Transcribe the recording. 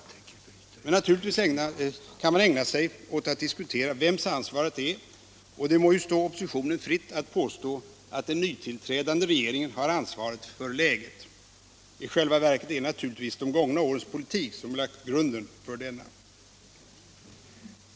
Man kan naturligtvis ägna sig åt att diskutera vems ansvaret är, och det må ju stå oppositionen fritt att påstå att den nytillträdande regeringen har ansvaret för läget. I själva verket är det de gångna årens politik som lagt grunden härför.